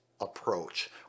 approach